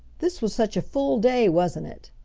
this was such a full day, wasn't it?